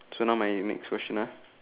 so now my next question ah